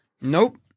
Nope